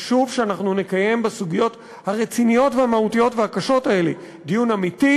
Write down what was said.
חשוב שנקיים בסוגיות הרציניות והמהותיות והקשות האלה דיון אמיתי,